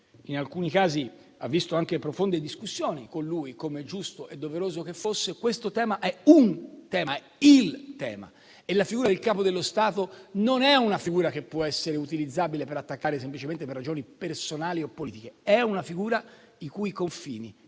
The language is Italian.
in alcuni casi ha visto anche profonde discussioni con lui, com'era giusto e doveroso che fosse - è un tema, il tema. La figura del Capo dello Stato non può essere utilizzabile per attaccare semplicemente per ragioni personali o politiche; è una figura i cui confini